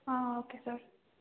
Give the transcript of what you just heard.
ಹಾಂ okay sir